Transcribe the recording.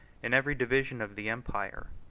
in every division of the empire,